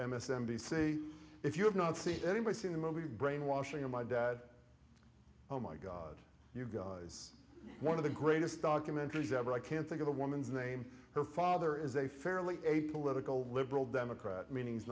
c if you have not seen anybody seen the movie brainwashing of my dad oh my god you guys one of the greatest documentaries ever i can't think of a woman's name her father is a fairly a political liberal democrat meaning